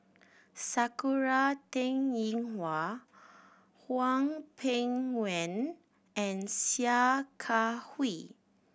Sakura Teng Ying Hua Hwang Peng Yuan and Sia Kah Hui